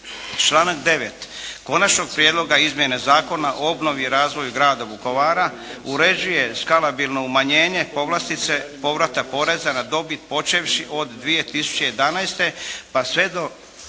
Članak 9. Konačnog prijedloga izmjene zakona o obnovi i razvoju grada Vukovara uređuje skalabilno umanjenje povlastice povrata poreza na dobit počevši od 2011. pa sve do